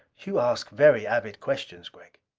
you ask very avid questions, gregg!